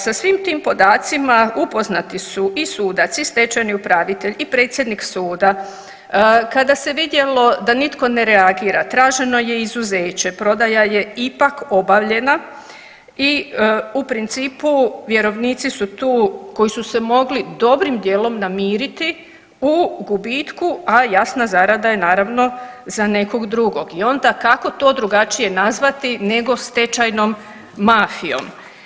Sa svim tim podacima upoznati su i sudac i stečajni upravitelj i predsjednik suda, kada se vidjelo da nitko ne reagira traženo je izuzeće, prodaja je ipak obavljena i u principu vjerovnici su tu koji su se mogli dobrim dijelom namiriti u gubitku, a jasna zarada je naravno za nekog drugog i onda kako to drugačije nazvati nego stečajnom mafijom.